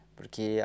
Porque